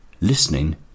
listening